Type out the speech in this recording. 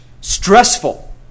stressful